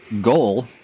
goal